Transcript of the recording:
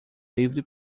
livre